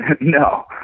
No